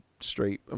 straight